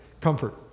comfort